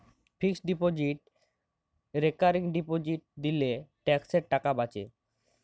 fixed deposit recurring deposit দিলে ট্যাক্সের টাকা বাঁচে